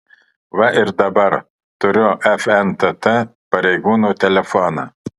va ir dabar turiu fntt pareigūno telefoną